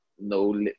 No